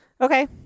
Okay